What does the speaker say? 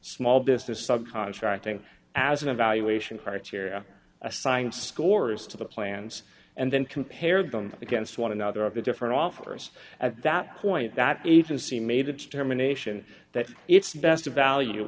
small business sub contracting as an evaluation criteria assigned scores to the plans and then compare them against one another of the different offers at that point that agency made a determination that it's best value